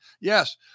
Yes